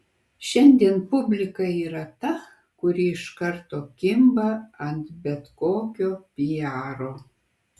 šiandien publika yra ta kuri iš karto kimba ant bet kokio piaro